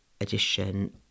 edition